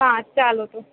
હાં ચાલો તો